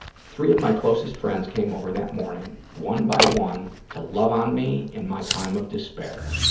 three of my closest friends came over that morning, one by one, to love on me in my time of despair.